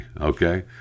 okay